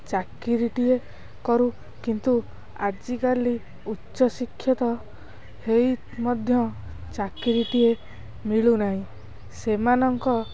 ଚାକିରିଟିଏ କରୁ କିନ୍ତୁ ଆଜିକାଲି ଉଚ୍ଚ ଶିକ୍ଷିତ ହୋଇ ମଧ୍ୟ ଚାକିରିଟିଏ ମିଳୁନାହିଁ ସେମାନଙ୍କ